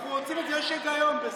יש היגיון בזה.